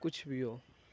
کچھ بھی ہو